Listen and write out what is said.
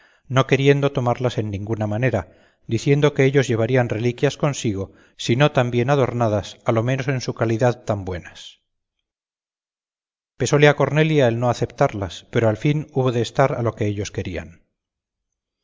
no queriendo tomarlas en ninguna manera diciendo que ellos llevarían reliquias consigo si no tan bien adornadas a lo menos en su calidad tan buenas pesóle a cornelia el no aceptarlas pero al fin hubo de estar a lo que ellos querían